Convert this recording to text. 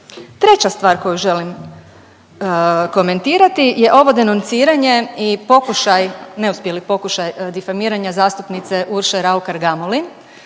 Treća stvar koju želim komentirati je ovo denonciranje i pokušaj, neuspjeli pokušaj difamiranja zastupnice Urše Raukar-Gamulin